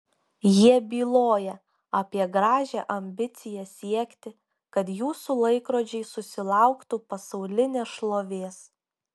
jie byloja apie gražią ambiciją siekti kad jūsų laikrodžiai susilauktų pasaulinės šlovės